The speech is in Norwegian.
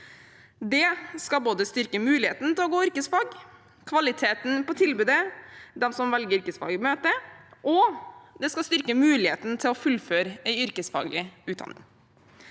Det skal styrke både muligheten til å gå yrkesfag, kvaliteten på tilbudet de som velger yrkesfag, møter, og muligheten til å fullføre en yrkesfaglig utdanning.